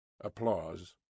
applause